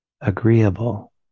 agreeable